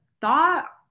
thought